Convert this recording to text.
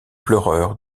pleureur